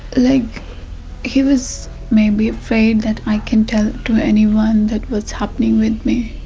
like he was maybe afraid that i can tell to anyone that was happening with me.